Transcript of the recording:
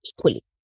equally